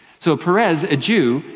so peres, a jew,